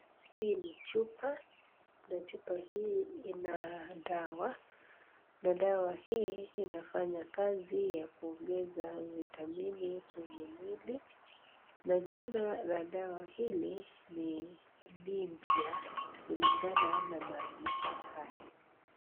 Hii ni chupa na chupa hii ina dawa, na dawa hii inafanya kazi ya kuongeza vitamini kwenye mwili na jina la dawa hili ni lympia kulingana na maandishi haya.